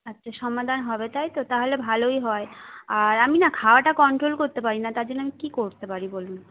আচ্ছা সমাধান হবে তাই তো তাহলে ভালোই হয় আর আমি না খাওয়াটা কন্ট্রোল করতে পারি না তার জন্য আমি কি করতে পারি বলুন